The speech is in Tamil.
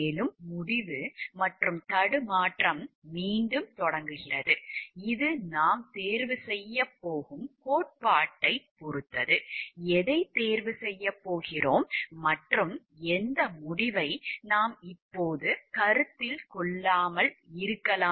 மேலும் முடிவு மற்றும் தடுமாற்றம் மீண்டும் தொடங்குகிறது இது நாம் தேர்வு செய்யப் போகும் கோட்பாட்டை பொறுத்தது எதைத் தேர்வு செய்யப் போகிறோம் மற்றும் எந்த முடிவை நாம் இப்போது கருத்தில் கொள்ளாமல் இருக்கலாம்